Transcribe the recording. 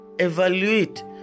evaluate